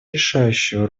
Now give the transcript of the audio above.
решающую